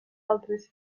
altres